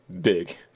big